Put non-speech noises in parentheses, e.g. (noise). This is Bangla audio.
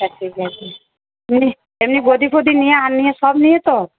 আচ্ছা ঠিক আছে (unintelligible) এমনি গদি ফদি নিয়ে আর নিয়ে সব নিয়ে তো